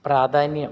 പ്രാധാന്യം